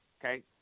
okay